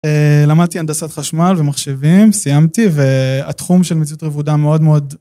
למדתי הנדסת חשמל ומחשבים, סיימתי, והתחום של מציאות רבודה מאוד מאוד...